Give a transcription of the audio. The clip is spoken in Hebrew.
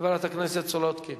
חברת הכנסת סולודקין.